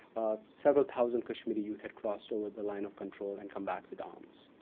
several thousand kashmiri youth had crossed over the line of control and come back with arms.